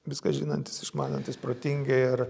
viską žinantys išmanantys protingi ir